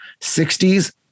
60s